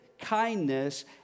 kindness